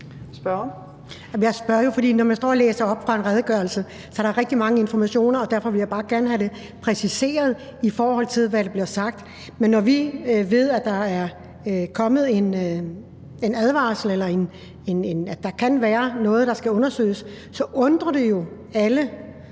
Jeg spørger jo, for når man står og læser op fra en redegørelse, er der rigtig mange informationer, og derfor vil jeg bare gerne have det præciseret, i forhold til hvad der bliver sagt. Men når vi ved, at der er kommet en advarsel, eller at der kan være noget, der skal undersøges, så undrer det jo alle